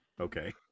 okay